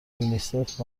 یونیسف